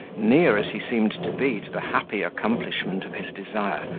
near as he seemed to be to the happy accomplishment of his desire,